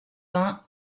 vingts